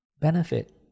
benefit